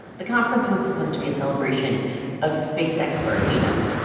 the conference was supposed to be a celebration of space exploration,